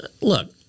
look